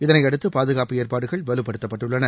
இதனையடுத்து பாதுகாப்பு ஏற்பாடுகள் வலுப்படுத்தப்பட்டுள்ளன